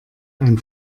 ein